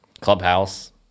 Clubhouse